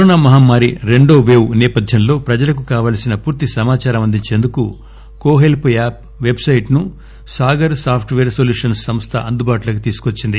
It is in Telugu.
కరోనా మహామ్మారి రెండోవేశ్ నేపథ్యంలో ప్రజలకు కావాల్సిన పూర్తి సమాచారం అందించేందుకు కో హెల్స్ యాప్ వైబ్సైట్ను సాగర్ సాఫ్ట్ పేర్ నొల్యూషన్ సంస్థ అందుబాటులోకి తీసుకొచ్చింది